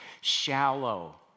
shallow